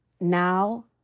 now